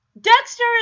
Dexter